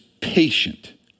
patient